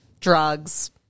Drugs